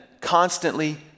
constantly